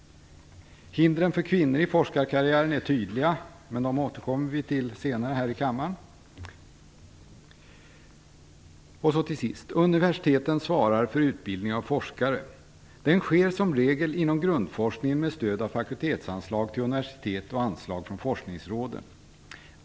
Hindren för kvinnor i forskarkarriären är tydliga, men de återkommer vi till senare här i kammaren. Universiteten svarar för utbildning av forskare. Den sker som regel inom grundforskningen med stöd av fakultetsanslag till universiteten och anslag från forskningsråden.